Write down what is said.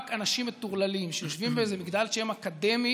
רק אנשים מטורללים שיושבים באיזה מגדל שן אקדמי